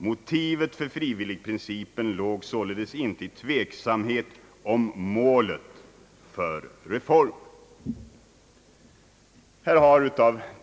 Motivet för denna princip låg således inte i tveksamhet om målet för reformen.